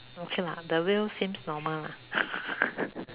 okay lah the wheel seems normal lah